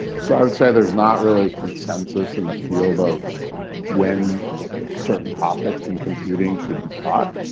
so i would say there's not really consensus in the field of when certain topics in computing should be taught.